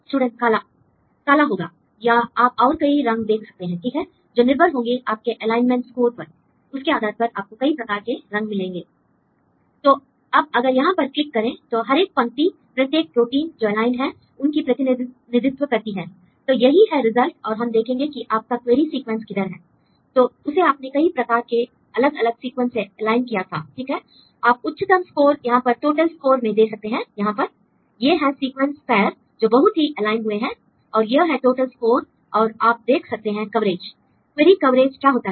student काला काला होगा या आप और कई रंग देख सकते हैं ठीक है जो निर्भर होंगे आपके एलाइनमेंट स्कोर पर l उसके आधार पर आपको कई प्रकार के रंग मिलेंगे l तो अब अगर यहां पर क्लिक करें तो हर एक पंक्ति प्रत्येक प्रोटीन जो एलाइंड हैं उनकी प्रतिनिधित्व करती है l तो यही है रिजल्ट और हम देखेंगे कि आपका क्वेरी सीक्वेंस किधर है l तो उसे आपने कई प्रकार के अलग अलग सीक्वेंस से एलाइन किया था ठीक है l आप उच्चतम स्कोर यहां पर टोटल स्कोर मैं दे सकते हैं यहां पर l ये हैं सीक्वेंस पैर जो बहुत ही एलाइन हुए हैं और यह है टोटल स्कोर और आप देख सकते हैं कवरेज l क्वेरी कवरेज क्या होता है